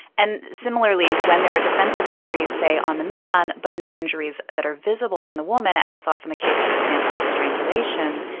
and similarly, when there are defensive injuries, say, on the man but no injuries that are visible on the woman, as is often the case for example with strangulation,